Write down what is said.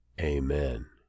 Amen